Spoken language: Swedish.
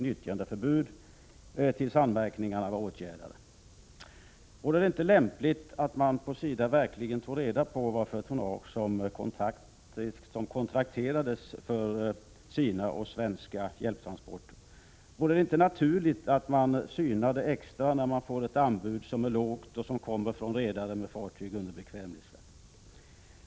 Vore det inte lämpligt att man på SIDA verkligen tog reda på vilket tonnage som kontrakterades för dess svenska hjälptransporter? Vore det inte naturligt att man synade extra noga när man får ett anbud som är lågt och som kommer från redare med fartyg som går under bekvämlighetsflagg?